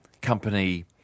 company